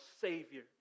Savior